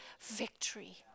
victory